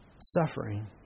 suffering